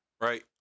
right